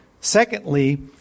Secondly